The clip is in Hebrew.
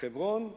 חברון ושכם.